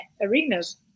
arenas